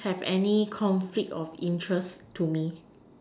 have any conflict of interest to me